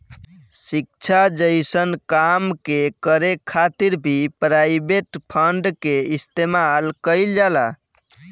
शिक्षा जइसन काम के करे खातिर भी प्राइवेट फंड के इस्तेमाल कईल जाला